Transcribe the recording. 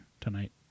tonight